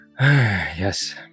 Yes